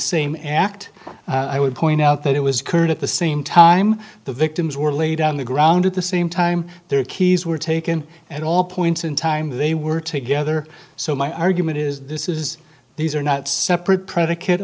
same act i would point out that it was current at the same time the victims were laid on the ground at the same time their keys were taken and all points in time they were together so my argument is this is these are not separate predi